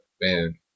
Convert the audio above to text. Man